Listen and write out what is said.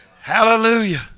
Hallelujah